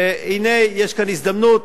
והנה יש כאן הזדמנות